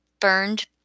burned